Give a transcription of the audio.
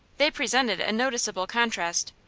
they presented a noticeable contrast,